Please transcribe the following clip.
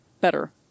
better